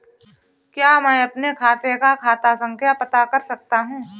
क्या मैं अपने खाते का खाता संख्या पता कर सकता हूँ?